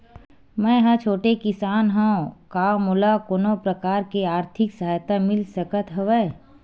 मै ह छोटे किसान हंव का मोला कोनो प्रकार के आर्थिक सहायता मिल सकत हवय?